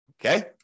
Okay